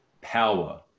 power